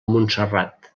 montserrat